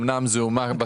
אם כי זעומה,